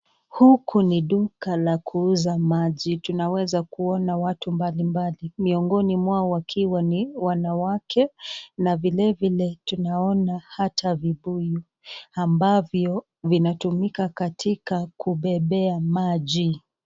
Huku ni duka la kuuza maji. Tunaeza kuona watu mbalimbali. Miongoni mwao wakiwa ni wanawake na vile vile tunaona hata vibuyu ambavyo vinatumika katika kubebea maji.